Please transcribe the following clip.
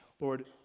Lord